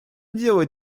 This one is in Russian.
делают